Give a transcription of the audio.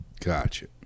Gotcha